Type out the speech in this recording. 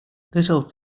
little